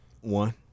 One